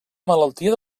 malaltia